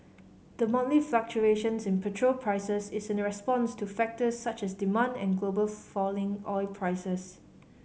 the monthly fluctuations in petrol prices is in response to factors such as demand and global falling oil prices